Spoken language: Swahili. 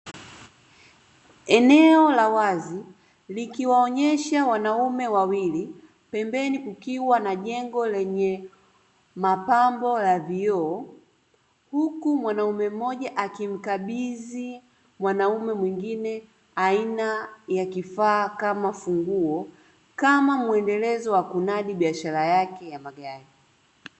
Eneo la wazi likiwaonyesha wanaume wawili pembeni kukiwa na jengo lenye mapambo ya vioo, huku mwanaume mmoja akimkabidhi mwanaume mwingine aina ya kifaa kama funguo, kama muendelezo wa kunadi biashara yake ya magari.